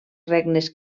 regnes